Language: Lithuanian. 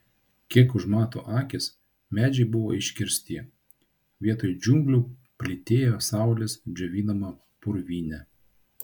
kiek užmato akys medžiai buvo iškirsti vietoj džiunglių plytėjo saulės džiovinama purvynė